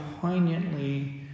poignantly